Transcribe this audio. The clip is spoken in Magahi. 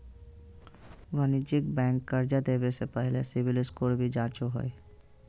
वाणिज्यिक बैंक कर्जा देने से पहले सिविल स्कोर भी जांचो हइ